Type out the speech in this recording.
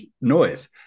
noise